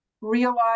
realize